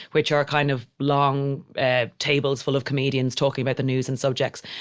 which are kind of long ah tables full of comedians talking about the news and subjects.